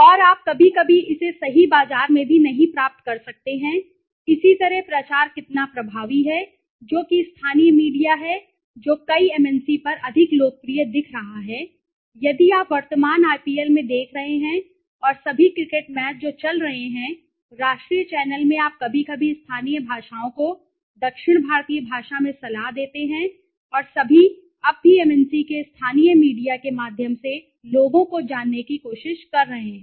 और आप कभी कभी इसे सही बाजार में भी नहीं प्राप्त कर सकते हैं इसी तरह प्रचार कितना प्रभावी है जो कि स्थानीय मीडिया है जो कई एमएनसी पर अधिक लोकप्रिय दिख रहा है यदि आप वर्तमान आईपीएल में भी देख रहे हैं और सभी क्रिकेट मैच जो चल रहे हैं राष्ट्रीय चैनल में आप कभी कभी स्थानीय भाषाओं को दक्षिण भारतीय भाषा में सलाह देते हैं और सभी अब भी एमएनसी के स्थानीय मीडिया के माध्यम से लोगों को जानने की कोशिश कर रहे हैं